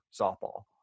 softball